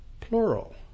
plural